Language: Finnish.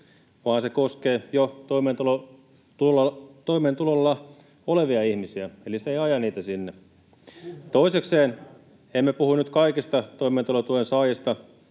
vaan se koskee jo toimeentulotuella olevia ihmisiä, eli se ei aja niitä sinne. Toisekseen emme puhu nyt kaikista toimeentulotuen saajista